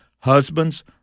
Husbands